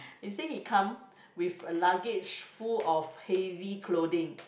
you say he come with a luggage full of heavy clothing